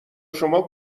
شما